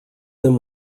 them